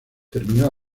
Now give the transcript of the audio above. terminó